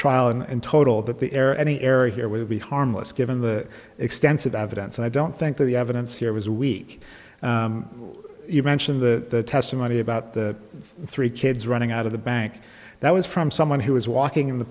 trial and total that the error any error here would be harmless given the extensive evidence and i don't think that the evidence here was a week you mentioned the testimony about the three kids running out of the bank that was from someone who was walking in the